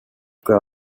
grow